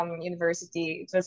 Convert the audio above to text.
University